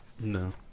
No